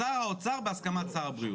'שר האוצר בהסכמת שר הבריאות',